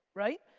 right?